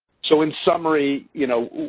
so, in summary, you know,